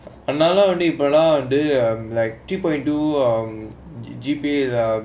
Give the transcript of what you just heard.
and not only uh நாலாம் இப்பே வந்து:naalaam ippe vanthu like people do um G_P_A